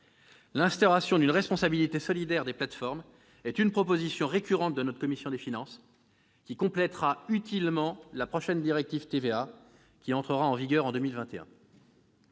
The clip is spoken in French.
L'instauration d'une responsabilité solidaire des plateformes est une proposition récurrente de notre commission des finances. Elle complètera utilement la prochaine directive TVA, qui entrera en vigueur en 2021.